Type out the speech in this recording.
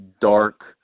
dark